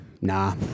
Nah